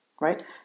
right